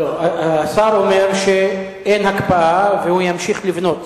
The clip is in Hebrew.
השר אומר שאין הקפאה והוא ימשיך לבנות,